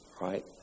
right